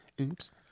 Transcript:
Oops